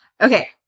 Okay